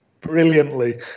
brilliantly